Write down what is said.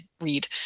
read